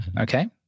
Okay